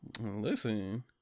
Listen